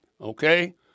Okay